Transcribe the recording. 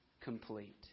complete